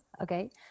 okay